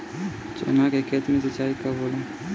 चना के खेत मे सिंचाई कब होला?